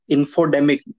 Infodemic